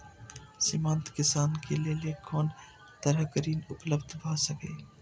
सीमांत किसान के लेल कोन तरहक ऋण उपलब्ध भ सकेया?